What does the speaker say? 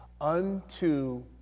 unto